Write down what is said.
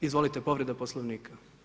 Izvolite povreda poslovnika.